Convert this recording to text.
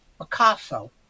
Picasso